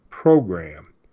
program